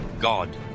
God